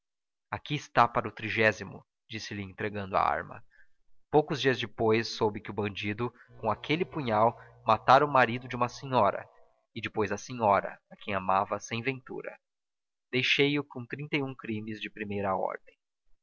aqui está para o trigésimo disse-lhe entregando a arma poucos dias depois soube que o bandido com aquele punhal matara o marido de uma senhora e depois a senhora a quem amava sem ventura deixei-o com trinta e um crimes de primeira ordem